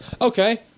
Okay